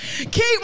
Keep